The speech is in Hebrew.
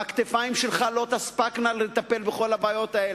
והכתפיים שלך לא תספקנה לטפל בכל הבעיות האלה,